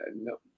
no